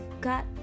got